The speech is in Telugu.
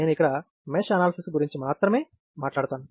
నేను ఇక్కడ మెష్ అనాలసిస్ గురించి మాత్రమే మాట్లాడతాను